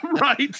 right